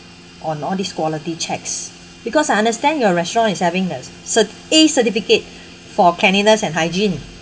on all these quality checks because I understand your restaurant is having that cert~ A certificate for cleanliness and hygiene